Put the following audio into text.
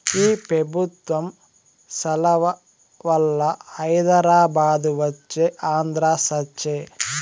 ఈ పెబుత్వం సలవవల్ల హైదరాబాదు వచ్చే ఆంధ్ర సచ్చె